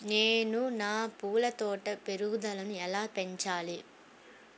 నేను నా పూల తోట పెరుగుదలను ఎలా పెంచాలి?